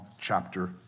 chapter